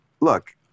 look